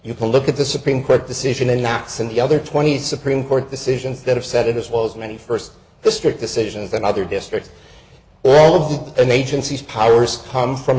you can look at the supreme court decision in x and the other twenty supreme court decisions that have said it as well as many first district decisions and other districts all of the agencies powers come from